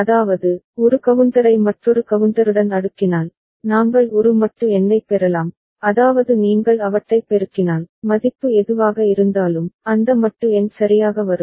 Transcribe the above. அதாவது ஒரு கவுண்டரை மற்றொரு கவுண்டருடன் அடுக்கினால் நாங்கள் ஒரு மட்டு எண்ணைப் பெறலாம் அதாவது நீங்கள் அவற்றைப் பெருக்கினால் மதிப்பு எதுவாக இருந்தாலும் அந்த மட்டு எண் சரியாக வரும்